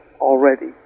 already